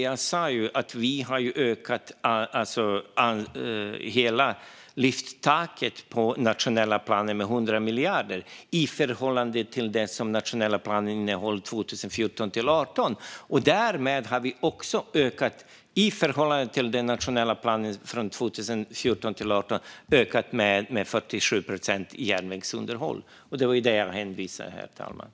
Jag sa att vi har lyft taket på den nationella planen med 100 miljarder i förhållande till vad den nationella planen innehöll 2014-2018. Därmed har vi ökat järnvägsunderhållet med 47 procent i förhållande till den nationella planen 2014-2018. Det var det jag hänvisade till, herr talman.